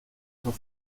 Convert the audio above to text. otras